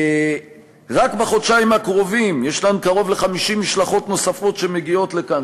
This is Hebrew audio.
רק בחודשיים הקרובים יש קרוב ל-50 משלחות נוספות שמגיעות לכאן,